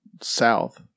south